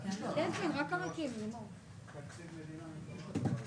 יניב, אני מכבד אותו.